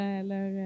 eller